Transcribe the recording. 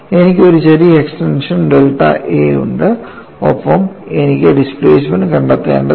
എനിക്ക് ഒരു ചെറിയ എക്സ്റ്റൻഷൻ ഡെൽറ്റ a ഉണ്ട് ഒപ്പം എനിക്ക് ഡിസ്പ്ലേസ്മെൻറ് കണ്ടെത്തേണ്ടതുണ്ട്